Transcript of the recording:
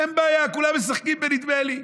אין בעיה, כולם משחקים בנדמה לי.